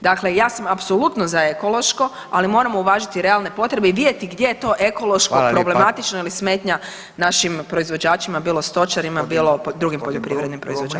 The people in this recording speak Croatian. Dakle, ja sam apsolutno za ekološko ali moramo uvažiti i realne potrebe i vidjeti gdje je to ekološko problematično [[Upadica: Hvala lijepa.]] ili smetnja našim proizvođačima bilo stočarima, bilo drugim poljoprivrednim proizvođačima.